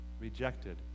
Rejected